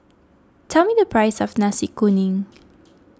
tell me the price of Nasi Kuning